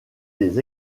des